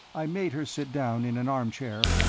i made her sit down in an armchair,